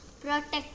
protect